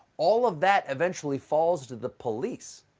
all of that eventually falls to the police.